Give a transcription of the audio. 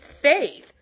faith